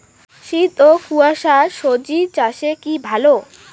শীত ও কুয়াশা স্বজি চাষে কি ভালো?